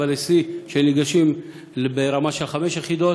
אבל שיא של ניגשים ברמה של חמש יחידות.